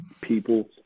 people